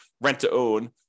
rent-to-own